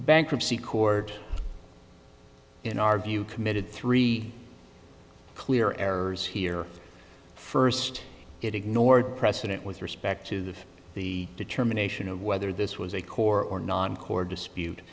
bankruptcy court in our view committed three clear errors here first it ignored precedent with respect to the the determination of whether this was a core or non core dispute